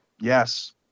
Yes